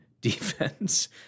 defense